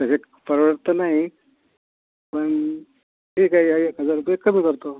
तर रेट परवडत तर नाही पण ठीक आहे एक हजार रुपये कमी करतो